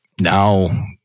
now